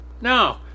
no